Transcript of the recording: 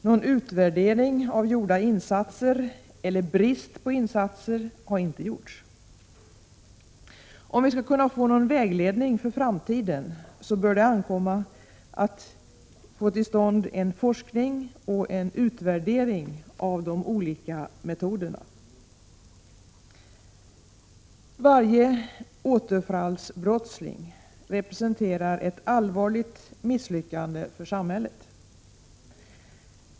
Någon utvärdering av gjorda insatser eller brist på insatser har inte gjorts. Om vi skall kunna få någon vägledning för framtiden bör det komma till stånd forskning och utvärdering av de olika metoderna. Varje återfallsbrottsling representerar ett allvarligt misslyckande för samhället.